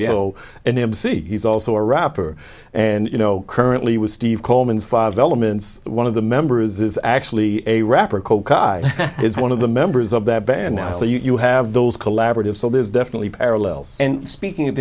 go and mc he's also a rapper and you know currently with steve coleman five elements one of the members is actually a rapper koch i is one of the members of that band now you have those collaborative so there's definitely parallels and speaking of